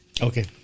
Okay